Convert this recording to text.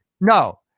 No